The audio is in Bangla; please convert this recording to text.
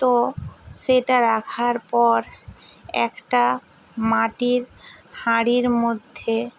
তো সেটা রাখার পর একটা মাটির হাঁড়ির মধ্যে